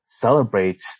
celebrate